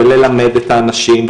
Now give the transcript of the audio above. וללמד את האנשים,